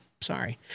Sorry